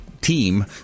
team